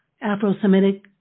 Afro-Semitic